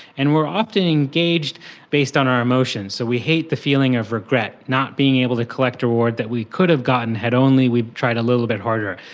and we are often engaged based on our emotions, so we hate the feeling of regret, not being able to collect a reward that we could have gotten had only we tried a little bit harder.